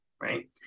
Right